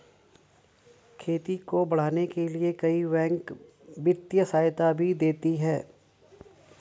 खेती को बढ़ाने के लिए कई बैंक वित्तीय सहायता भी देती है